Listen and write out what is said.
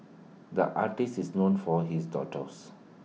the artist is known for his doodles